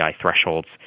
thresholds